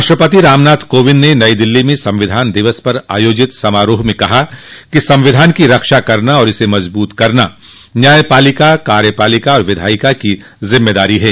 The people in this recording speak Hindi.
राष्ट्रपति रामनाथ कोविंद ने नई दिल्ली में संविधान दिवस पर आयोजित समारोह में कहा कि संविधान की रक्षा करना और इसे मजबूत करना न्यायपालिका कार्यपालिका और विधायिका की जिम्मेदारी है